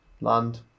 land